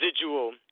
residual